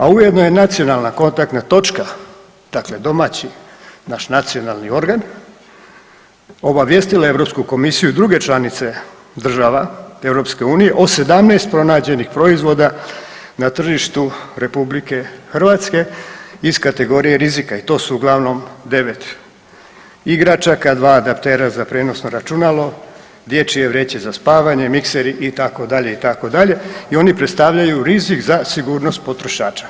A ujedno je nacionalna kontaktna točka dakle, domaći naš nacionalni organ obavijestila Europsku komisiju i druge članice država EU o 17 pronađenih proizvoda na tržištu RH iz kategorije rizika i to su uglavnom 9 igračaka, 2 adaptera za prijenosno računalo, dječje vreće za spavanje, mikseri i tako dalje, i tako dalje i oni predstavljaju rizik za sigurnost potrošača.